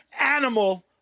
animal